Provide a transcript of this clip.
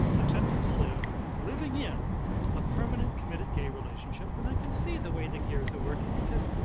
attempting to live living in a permanent committed gay relationship. and i can see the way the gears are working because,